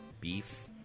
beef